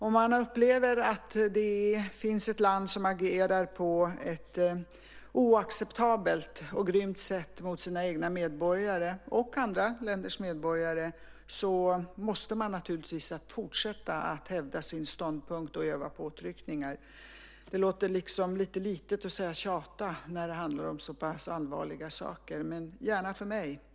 Om man upplever att det finns ett land som agerar på ett oacceptabelt och grymt sätt mot sina egna medborgare och andra länders medborgare måste man naturligtvis fortsätta att hävda sin ståndpunkt och utöva påtryckningar. Det låter lite litet att säga tjata när det handlar om så pass allvarliga saker, men gärna för mig.